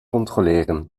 controleren